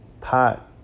pot